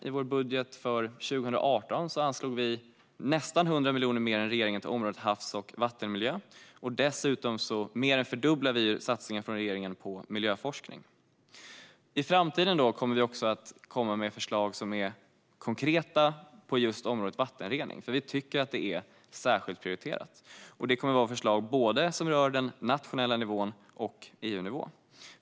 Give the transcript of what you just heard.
I vår budget för 2018 anslog vi nästan 100 miljoner mer än regeringen till området havs och vattenmiljö, och dessutom satsar vi mer än dubbelt så mycket som regeringen på miljöforskning. I framtiden kommer vi med fler konkreta förslag på området vattenrening, för vi vill att det ska vara särskilt prioriterat, både på nationell nivå och på EU-nivå.